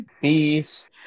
Peace